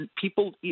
people